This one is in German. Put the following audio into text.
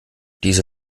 diese